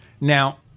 Now